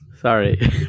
Sorry